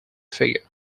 figure